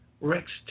Rex